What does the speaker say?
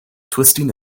twisting